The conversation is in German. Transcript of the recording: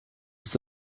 ist